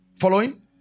following